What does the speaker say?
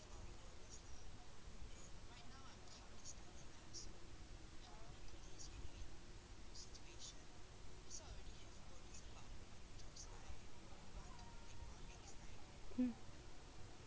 mm